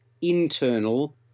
internal